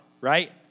right